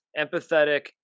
empathetic